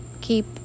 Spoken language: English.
keep